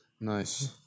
nice